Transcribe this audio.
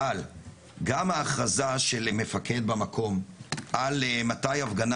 אבל גם ההכרזה של מפקד במקום על מתי הפגנה